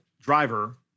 driver